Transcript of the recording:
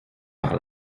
par